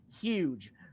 huge